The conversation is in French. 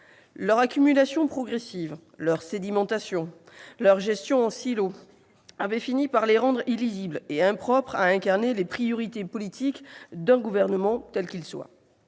leur accumulation progressive, leur sédimentation et leur gestion en silos avaient fini par les rendre illisibles et impropres à incarner les priorités politiques d'un gouvernement, quel qu'il soit.